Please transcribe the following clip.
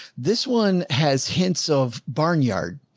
this one has hints of barnyard.